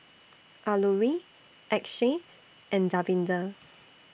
Alluri Akshay and Davinder